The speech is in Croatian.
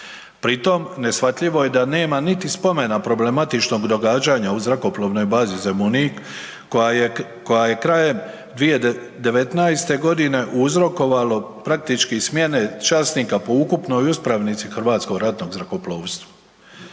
Pri tom neshvatljivo je da nema niti spomena problematičnog događanja u zrakoplovnoj bazi Zemunik koja je krajem 2019. godine uzrokovalo praktički smjene časnika po ukupnoj uspravnici Hrvatskog ratnog zrakoplovstva.